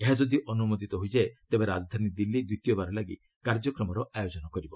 ଏହା ଯଦି ଅନୁମୋଦିତ ହୋଇଯାଏ ତେବେ ରାଜଧାନୀ ଦିଲ୍ଲୀ ଦ୍ୱିତୀୟବାର ଲାଗି କାର୍ଯ୍ୟକ୍ରମର ଆୟୋଜନ କରିବ